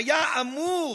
היה אמור